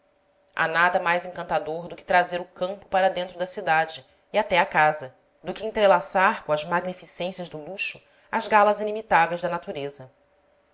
há nada mais encantador do que trazer o campo para dentro da cidade e até a casa do que entrelaçar com as magnificências do luxo as galas inimitáveis da natureza